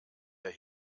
der